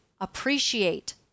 appreciate